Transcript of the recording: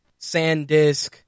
SanDisk